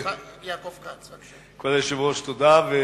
תודה,